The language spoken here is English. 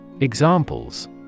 examples